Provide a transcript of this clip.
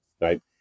right